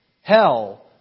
Hell